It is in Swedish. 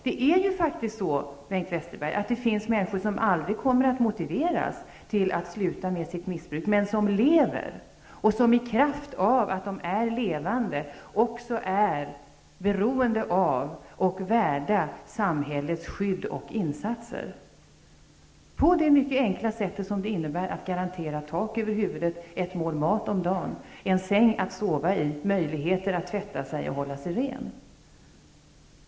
Det är ju faktiskt så, Bengt Westerberg, att det finns människor som aldrig kommer att kunna motiveras till att sluta med sitt missbruk, men som ändå lever. I kraft av att de är levande varelser är de också beroende av och värda samhällets skydd och insatser. Vi måste garantera tak över huvudet, ett mål mat om dagen, en säng att sova i och möjlighet att hålla sig ren.